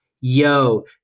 yo